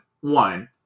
one